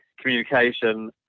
communication